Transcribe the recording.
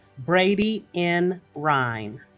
bradi n. rhine